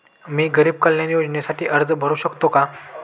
मी गरीब कल्याण योजनेसाठी अर्ज भरू शकतो का?